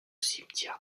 cimetière